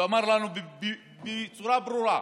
והוא אמר לנו בצורה ברורה: